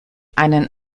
einen